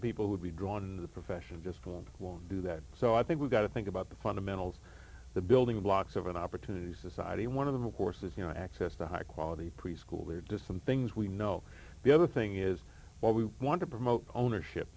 to people who would be drawn into the profession just for them won't do that so i think we've got to think about the fundamentals the building blocks of an opportunity society and one of the horses you know access to high quality preschool are just some things we know the other thing is what we want to promote ownership